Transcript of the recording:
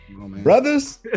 brothers